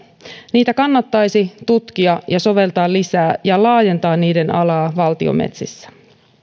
niitä kannattaisi tutkia ja soveltaa lisää ja laajentaa niiden alaa valtion metsissä